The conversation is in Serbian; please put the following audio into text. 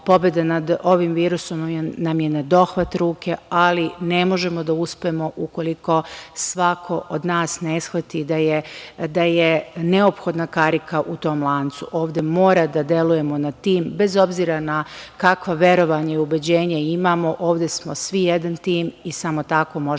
Pobeda nad ovim virusom nam je na dohvat ruke, ali ne možemo da uspemo ukoliko svako od nas ne shvati da je neophodna karika u tom lancu. Ovde moramo da delujemo kao tim, bez obzira kakvo verovanje, ubeđenje imamo. Ovde smo svi jedan tim i samo tako možemo